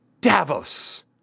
Davos